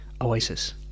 Oasis